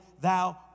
Thou